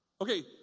Okay